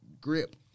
Grip